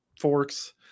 forks